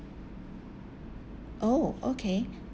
oh okay